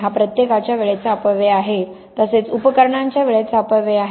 हा प्रत्येकाच्या वेळेचा अपव्यय आहे तसेच उपकरणांच्या वेळेचा अपव्यय आहे